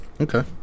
Okay